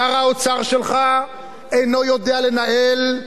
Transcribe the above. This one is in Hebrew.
שר האוצר שלך אינו יודע לנהל,